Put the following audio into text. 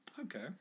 okay